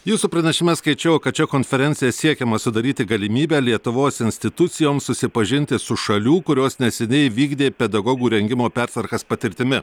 jūsų pranešime skaičiau kad šia konferencija siekiama sudaryti galimybę lietuvos institucijoms susipažinti su šalių kurios neseniai vykdė pedagogų rengimo pertvarkas patirtimi